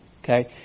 Okay